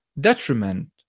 detriment